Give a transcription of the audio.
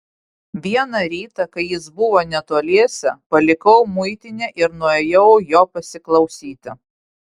vieną rytą kai jis buvo netoliese palikau muitinę ir nuėjau jo pasiklausyti